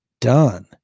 done